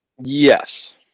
Yes